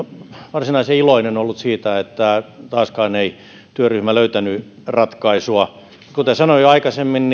varsinaisen iloinen ollut siitä että taaskaan ei työryhmä löytänyt ratkaisua kuten sanoin jo aikaisemmin